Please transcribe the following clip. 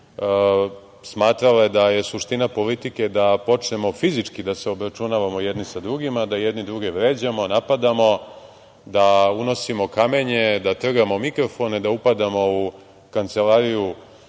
smatrale da je suština politike da počnemo fizički da se obračunavamo jedni sa drugima, da jedni druge vređamo, napadamo, da unosimo kamenje, da trljamo mikrofone, da upadamo u kancelariju